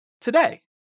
today